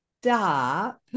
Stop